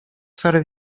sary